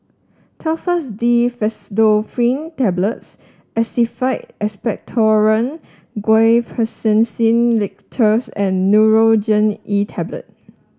Telfast D Pseudoephrine Tablets Actified Expectorant Guaiphenesin Linctus and Nurogen E Tablet